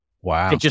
Wow